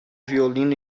violino